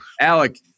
Alec